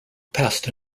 past